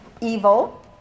evil